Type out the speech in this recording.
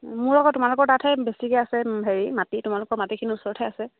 মোৰ আকৌ তোমালোকৰ তাতহে বেছিকৈ আছে হেৰি মাটি তোমালোকৰ মাটিখিনিৰ ওচৰতহে আছে